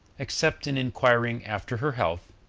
except in inquiring after her health,